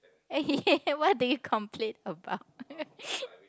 okay what do you complain about